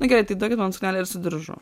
na gerai tai duokit man suknelę ir su diržu